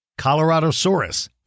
Coloradosaurus